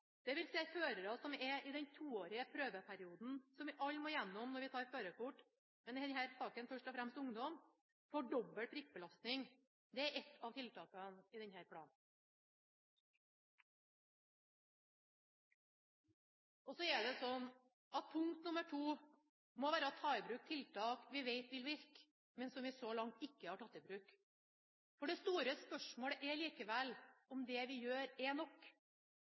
i den toårige prøveperioden alle må igjennom når de tar førerkort, først og fremst ungdom – får dobbel prikkbelastning, er et av tiltakene i denne planen. Punkt nr. 2 må være å ta i bruk tiltak vi vet vil virke, men som vi så langt ikke har tatt i bruk, for det store spørsmålet er likevel om det vi gjør, er nok.